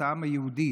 את העם היהודי: